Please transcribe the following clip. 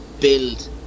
build